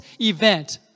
event